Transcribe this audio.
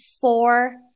four